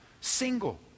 Single